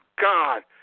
God